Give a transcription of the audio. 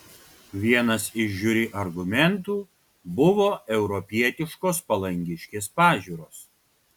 vienas iš žiuri argumentų buvo europietiškos palangiškės pažiūros